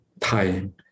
time